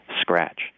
scratch